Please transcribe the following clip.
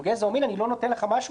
גזע או מין לא נותנים לו משהו,